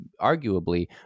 arguably